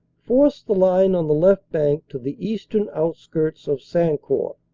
forced the line on the left bank to the eastern outskirts of sancourt.